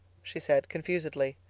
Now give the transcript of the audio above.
she said confusedly.